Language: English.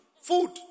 Food